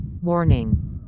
Warning